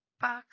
Box